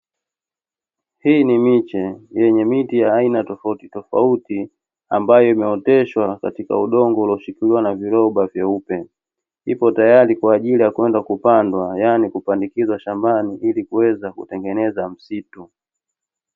Hii ni miche yenye miti ya aina tofautitofauti, ambayo imeoteshwa katika udongo ulioshikiliwa na viroba vyeupe. Ipo tayari kwa ajili ya kwenda kupandwa, yaani kupandikizwa shambani ili kuweza kutengeneza msitu.